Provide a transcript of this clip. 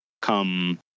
Come